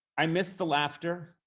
i miss the laughter.